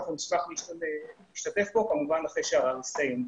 אנחנו נשמח להשתתף בו, כמובן אחרי שהערר יסתיים.